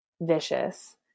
vicious